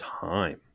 time